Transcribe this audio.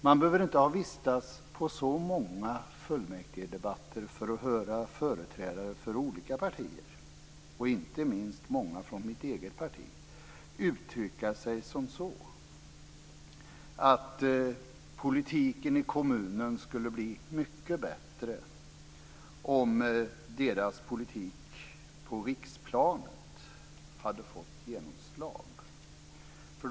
Man behöver inte ha vistats på så många fullmäktigedebatter för att ha hört företrädare för olika partier, och inte minst många från mitt eget parti, uttrycka sig som så, att politiken i kommunen skulle bli mycket bättre om deras politik på riksplanet hade fått genomslag.